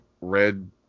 red